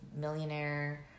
millionaire